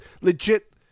legit